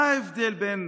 מה ההבדל בין